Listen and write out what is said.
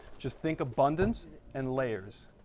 just think abundance and layers